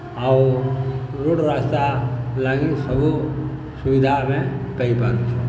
ଆଉ ରୋଡ଼୍ ରାସ୍ତା ଲାଗି ସବୁ ସୁବିଧା ଆମେ ପାଇପାରୁଛୁ